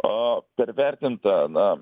aaa pervertinta na